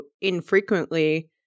infrequently